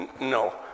No